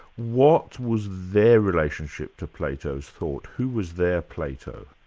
what was their relationship to plato's thought? who was their plato?